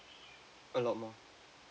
a lot more